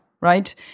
right